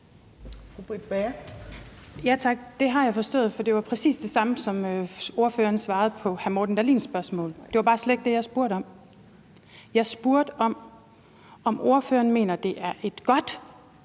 Det har jeg forstået, for det var præcis det samme, som ordføreren svarede på hr. Morten Dahlins spørgsmål. Det var bare slet ikke det, jeg spurgte om. Jeg spurgte, om ordføreren mener, at det er et godt